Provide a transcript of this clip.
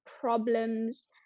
problems